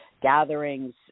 gatherings